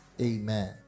amen